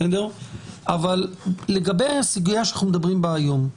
אבל לגבי הסוגיה שאנחנו מדברים בה היום,